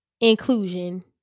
inclusion